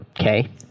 okay